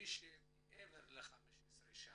מי שמעבר ל-15 שנה,